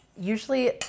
usually